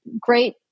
great